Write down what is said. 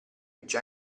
già